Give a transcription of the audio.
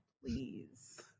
please